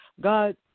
God